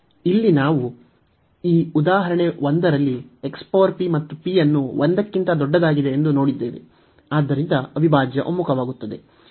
ಇಲ್ಲಿ ನಾವು ಈ ಉದಾಹರಣೆ 1 ರಲ್ಲಿ ಮತ್ತು p ಅನ್ನು 1 ಕ್ಕಿಂತ ದೊಡ್ಡದಾಗಿದೆ ಎಂದು ನೋಡಿದ್ದೇವೆ ಆದ್ದರಿಂದ ಅವಿಭಾಜ್ಯ ಒಮ್ಮುಖವಾಗುತ್ತದೆ